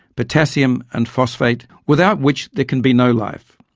potassium and phosphate without which there can be no life.